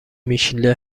میشله